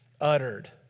uttered